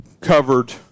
covered